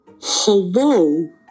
Hello